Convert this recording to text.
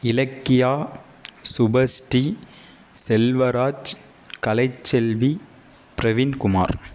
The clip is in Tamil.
இலக்கியா சுபஸ்ரீ செல்வராஜ் கலைச்செல்வி பிரவீன் குமார்